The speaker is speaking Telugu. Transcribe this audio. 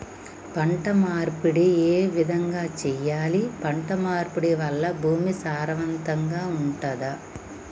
పంట మార్పిడి ఏ విధంగా చెయ్యాలి? పంట మార్పిడి వల్ల భూమి సారవంతంగా ఉంటదా?